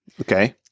Okay